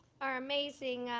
our amazing